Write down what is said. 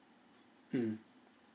mm